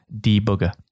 debugger